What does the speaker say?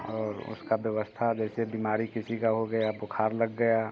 और उसका व्यवस्था जैसे बीमारी किसी का हो गया बुखार लग गया